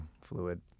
fluid